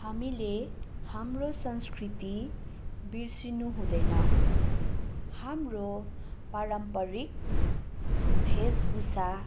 हामीले हाम्रो संस्कृति बिर्सिनु हुँदैन हाम्रो पारम्परिक वेशभूषा